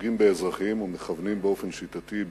פוגעים באזרחים או מכוונים באופן שיטתי,